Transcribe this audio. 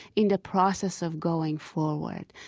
in the process of going forward,